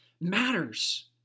matters